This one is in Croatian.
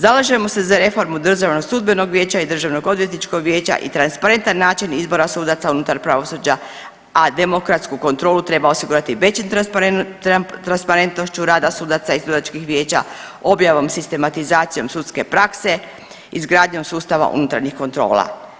Zalažemo se za reformu Državnog sudbenog vijeća i Državnoodvjetničkog vijeća i transparentan način izbora sudaca unutar pravosuđa, a demokratsku kontrolu treba osigurati većom transparentnošću rada sudaca i sudačkih vijeća objavom, sistematizacijom sudske prakse, izgradnjom sustava unutarnjih kontrola.